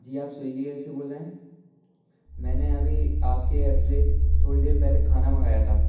जी आप स्विग्गी एप से बोल रहे हैं मैंने अभी आपके एप से थोड़ी देर पहले खाना मंगाया था